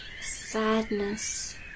sadness